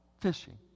fishing